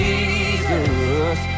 Jesus